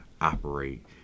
operate